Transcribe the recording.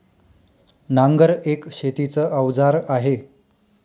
नांगर एक शेतीच अवजार आहे